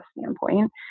standpoint